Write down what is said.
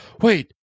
Wait